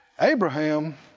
Abraham